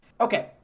Okay